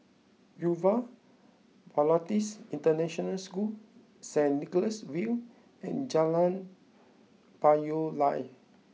Yuva Bharatis International School Saint Nicholas View and Jalan Payoh Lai